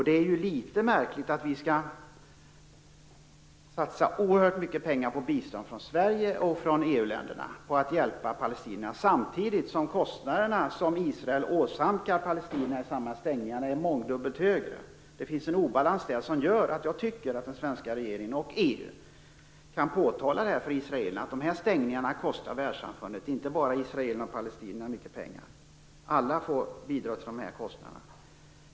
Det är ju litet märkligt att vi skall satsa oerhört mycket pengar på bistånd från Sverige och från EU-länderna för att hjälpa palestinierna, samtidigt som de kostnader som Israel åsamkar palestinierna i samband med dessa stängningar är mångdubbelt högre. Det finns en obalans där som gör att jag tycker att den svenska regeringen och EU kan påtala för israelerna att stängningarna kostar världssamfundet - inte bara israelerna och palestinierna - mycket pengar. Alla får bidra till dessa kostnader.